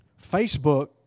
Facebook